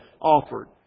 offered